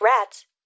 Rats